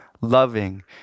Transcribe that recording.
loving